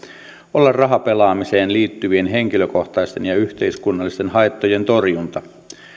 olla rahapelaamiseen liittyvien henkilökohtaisten ja yhteiskunnallisten haittojen torjunta